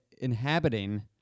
inhabiting